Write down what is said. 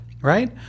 Right